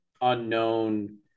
unknown